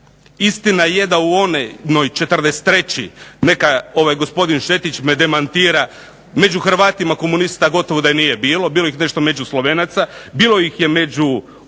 Istina je da u onoj '43., neka gospodin Šetić me demantira, među Hrvatima komunista gotovo da i nije bilo, bilo ih je nešto među Slovencima, bilo ih je među